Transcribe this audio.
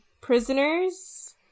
Prisoners